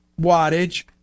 wattage